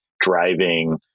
driving